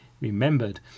Remembered